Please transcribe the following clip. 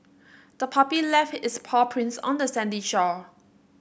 the puppy left its paw prints on the sandy shore